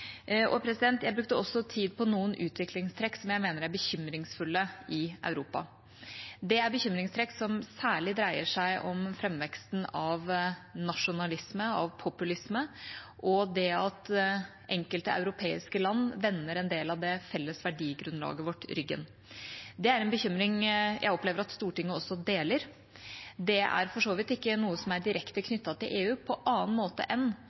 Jeg brukte også tid på noen utviklingstrekk som jeg mener er bekymringsfulle i Europa. Det er utviklingstrekk som særlig dreier seg om framveksten av nasjonalisme og populisme, og det at enkelte europeiske land vender en del av det felles verdigrunnlaget vårt ryggen. Det er en bekymring jeg opplever at Stortinget også deler. Det er for så vidt ikke noe som er direkte knyttet til EU på annen måte enn